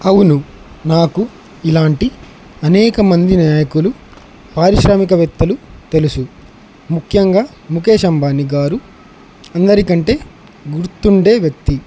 అవును నాకు ఇలాంటి అనేకమంది నాయకులు పారిశ్రామిక వ్యక్తులు తెలుసు ముఖ్యంగా ముఖేష్ అంబాని గారు అందరి కంటే గుర్తుండే వ్యక్తి